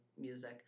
music